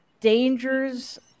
dangers